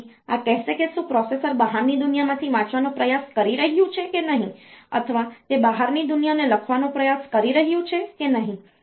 તેથી આ કહેશે કે શું પ્રોસેસર બહારની દુનિયામાંથી વાંચવાનો પ્રયાસ કરી રહ્યું છે કે નહીં અથવા તે બહારની દુનિયાને લખવાનો પ્રયાસ કરી રહ્યું છે કે નહીં